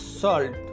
salt